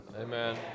Amen